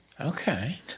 okay